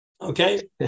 Okay